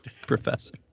Professor